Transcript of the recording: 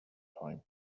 time